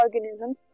organisms